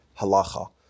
halacha